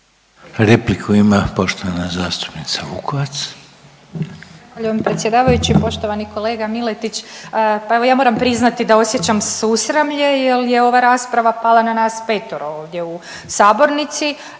Željko (HDZ)** Poštovana zastupnica Vukovac.